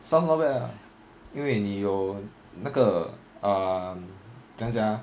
sounds not bad lah 因为你有那个 um 怎样讲啊